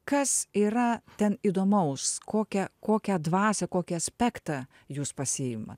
kas yra ten įdomaus kokią kokią dvasią kokią aspektą jūs pasiimat